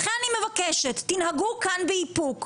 לכן אני מבקשת: תנהגו באיפוק.